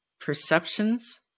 perceptions